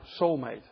soulmate